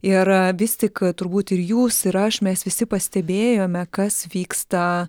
ir vis tik turbūt ir jūs ir aš mes visi pastebėjome kas vyksta